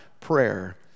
prayer